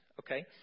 okay